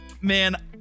Man